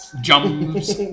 Jumps